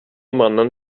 mannen